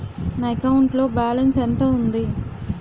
నా అకౌంట్ లో బాలన్స్ ఎంత ఉంది?